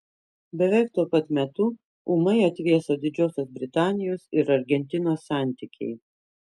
beveik tuo pat metu ūmai atvėso didžiosios britanijos ir argentinos santykiai